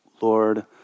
Lord